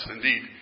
Indeed